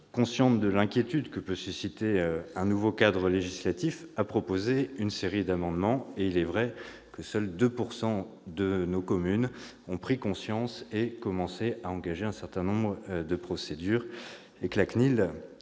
consciente de l'inquiétude que peut susciter un nouveau cadre législatif, a proposé une série d'amendements. En effet, seuls 2 % de nos communes ont pris conscience du problème et commencé à engager un certain nombre de procédures,